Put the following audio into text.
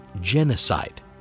genocide